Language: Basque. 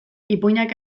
ipuinak